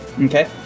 Okay